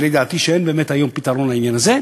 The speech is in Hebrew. הביא לידיעתי שאין באמת היום פתרון לעניין הזה.